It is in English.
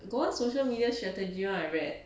got one social media strategy I read